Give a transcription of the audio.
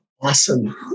Awesome